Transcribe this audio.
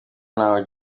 ntaho